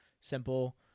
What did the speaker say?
simple